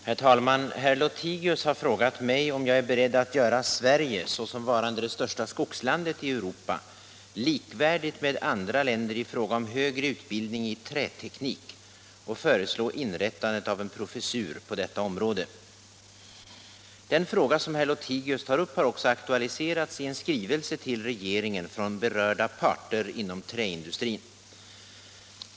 Herr talman! Herr Lothigius har frågat mig om jag är beredd att göra Sverige, såsom varande det största skogslandet i Europa, likvärdigt med andra länder i fråga om högre utbildning i träteknik och föreslå inrättandet av en professur på detta område. Den fråga som herr Lothigius tar upp har också aktualiserats i en skrivelse till regeringen från berörda parter inom träindustrin.